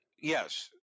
yes